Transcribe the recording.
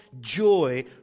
joy